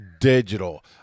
digital